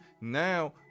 Now